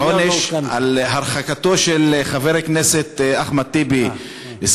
עונש של הרחקת חבר הכנסת אחמד טיבי,